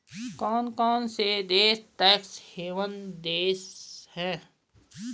कौन कौन से देश टैक्स हेवन देश हैं?